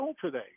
today